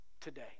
today